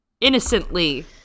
Innocently